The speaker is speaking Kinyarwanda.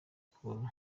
ukuntu